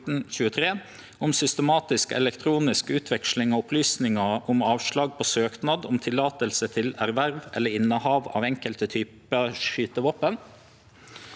om systematisk elektronisk utveksling av opplysninger om avslag på søknad om tillatelse til erverv eller innehav av enkelte typer skytevåpen